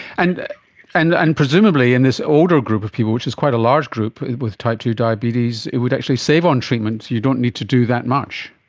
and and and presumably in this older group of people, which is quite a large group with type two diabetes, it would actually save on treatment, you don't need to do that much.